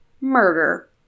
murder